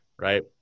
right